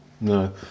No